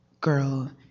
girl